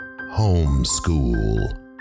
homeschool